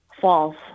False